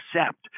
accept